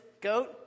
GOAT